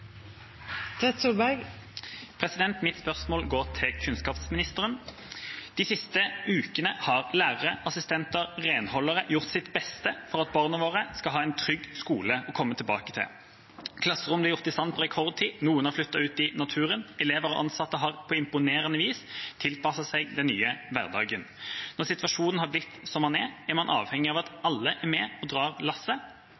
Mitt spørsmål går til kunnskapsministeren. De siste ukene har lærere, assistenter og renholdere gjort sitt beste for at barna våre skal ha en trygg skole å komme tilbake til. Klasserom ble gjort i stand på rekordtid, noen har flyttet ut i naturen. Elever og ansatte har på imponerende vis tilpasset seg den nye hverdagen. Når situasjonen har blitt som den er, er man avhengig av